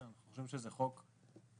אני חושב שזה חוק טוב.